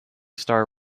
star